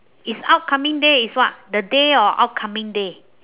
it's upcoming day is what the day or upcoming day